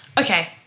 Okay